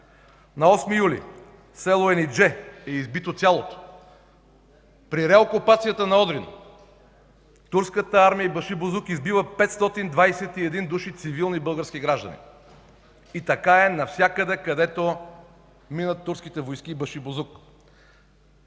цялото село Енидже; - при реокупацията на Одрин турската армия и башибозук избиват 521 души цивилни български граждани и така е навсякъде, където минат турските войски и башибозук.